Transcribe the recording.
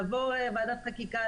לעבור ועדת חקיקה,